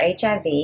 HIV